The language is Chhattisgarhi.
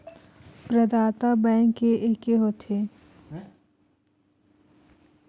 प्रदाता बैंक के एके होथे?